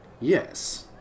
Yes